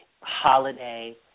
holiday